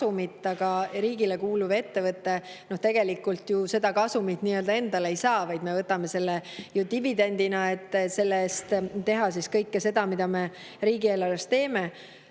kasumit, aga riigile kuuluv ettevõte tegelikult seda kasumit nii-öelda endale ei saa, vaid me võtame selle ju dividendina, et selle eest teha kõike seda, mida me riigieelarves